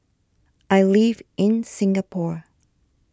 I live in Singapore